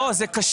לא, זה קשור.